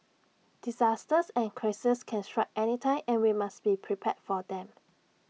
disasters and crises can strike anytime and we must be prepared for them